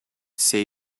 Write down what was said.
say